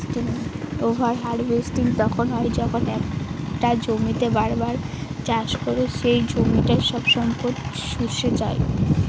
over হার্ভেস্টিং তখন হয় যখন একটা জমিতেই বার বার চাষ করে সে জমিটার সব সম্পদ শুষে যাই